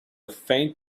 faint